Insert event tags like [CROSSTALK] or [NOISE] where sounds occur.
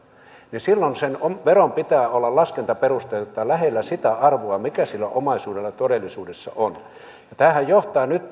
niin silloin sen veron pitää olla laskentaperusteeltaan lähellä sitä arvoa mikä sillä omaisuudella todellisuudessa on tämähän johtaa nyt [UNINTELLIGIBLE]